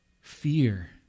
Fear